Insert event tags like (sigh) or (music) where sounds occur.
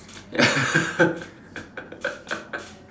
ya (laughs)